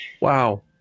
wow